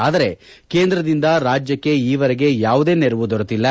ಆದರೆ ಕೇಂದ್ರದಿಂದ ರಾಜ್ಯಕ್ಷೆ ಈವರೆಗೆ ಯಾವುದೇ ನೆರವು ದೊರೆತ್ತಿಲ್ಲ